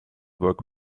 work